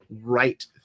right